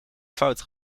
fout